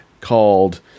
called